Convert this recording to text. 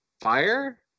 fire